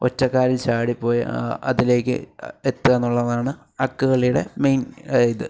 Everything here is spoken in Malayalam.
ഒറ്റക്കാലിൽ ചാടിപ്പോയി അതിലേക്ക് എത്തുക എന്നുള്ളതാണ് അക്ക് കളിയുടെ മെയിൻ ഇത്